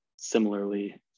similarly